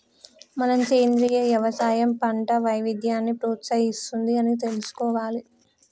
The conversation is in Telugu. మనం సెంద్రీయ యవసాయం పంట వైవిధ్యాన్ని ప్రోత్సహిస్తుంది అని తెలుసుకోవాలి